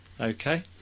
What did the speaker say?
Okay